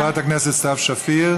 תודה לחברת הכנסת סתיו שפיר.